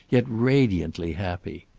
yet radiantly happy.